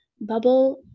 bubble